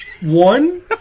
One